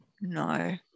no